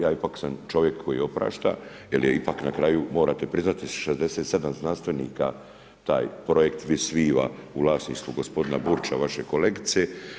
Ja ipak sam čovjek koji oprašta, jer ipak na kraju morate priznati 67 znanstvenika taj projekt Vis viva u vlasništvu gospodina Burića vaše kolegice.